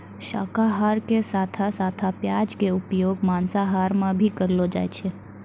शाकाहार के साथं साथं प्याज के उपयोग मांसाहार मॅ भी करलो जाय छै